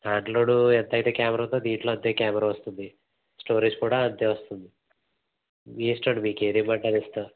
దానిలో ఎంత అయితే కెమెరా ఉందో దీంట్లో అంతే కెమెరా వస్తుంది స్టోరేజ్ కూడా అంతే వస్తుంది మీ ఇష్టం అండి మీకు ఏది ఇమ్మంటే అదే ఇస్తాను